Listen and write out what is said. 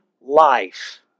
life